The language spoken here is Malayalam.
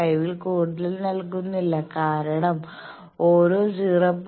5 ൽ കൂടുതൽ നൽകുന്നില്ല കാരണം ഓരോ 0